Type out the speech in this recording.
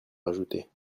rajouter